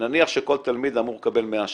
ונניח שכל תלמיד אמור לקבל 100 שקלים,